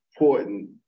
important